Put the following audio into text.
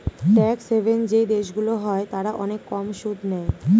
tax haven যেই দেশগুলো হয় তারা অনেক কম সুদ নেয়